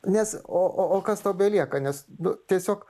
nes o o o kas tau belieka nes nu tiesiog